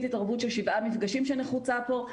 התערבות של שבעה מפגשים שנחוצה פה,